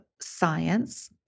science